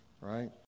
right